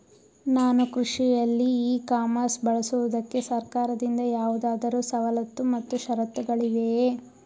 ನಾನು ಕೃಷಿಯಲ್ಲಿ e commerce ಬಳಸುವುದಕ್ಕೆ ಸರ್ಕಾರದಿಂದ ಯಾವುದಾದರು ಸವಲತ್ತು ಮತ್ತು ಷರತ್ತುಗಳಿವೆಯೇ?